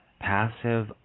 passive